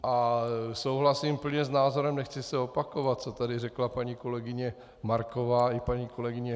A souhlasím plně s názorem, nechci se opakovat, co tady řekla paní kolegyně Marková i paní kolegyně Hnyková.